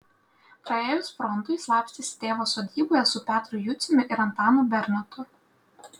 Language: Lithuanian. praėjus frontui slapstėsi tėvo sodyboje su petru juciumi ir antanu bernotu